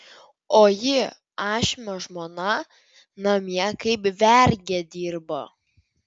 o ji ašmio žmona namie kaip vergė dirbo